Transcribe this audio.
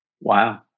Wow